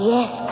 Yes